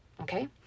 okay